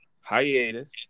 hiatus